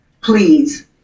Please